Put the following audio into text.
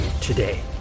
today